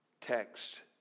text